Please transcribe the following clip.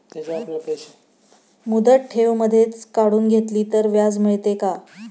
मुदत ठेव मधेच काढून घेतली तर व्याज मिळते का?